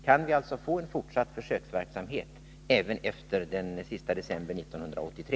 Kan vi alltså få en fortsatt försöksverksamhet även efter den sista december 1983?